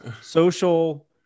social